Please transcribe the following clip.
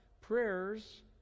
Prayers